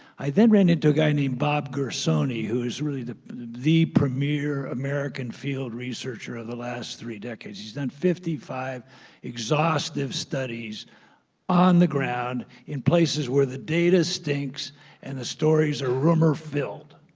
i then ran into a guy named bob gersony, who is really the the premier american field researcher of the last three decades. he's done fifty five exhaustive studies on the ground in places where the data stinks and the stories are rumor filled,